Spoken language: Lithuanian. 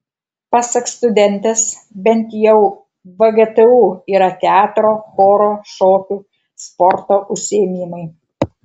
pasak studentės bent jau vgtu yra teatro choro šokių sporto užsiėmimai